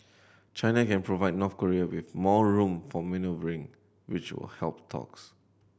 China can provide North Korea with more room for manoeuvring which will help talks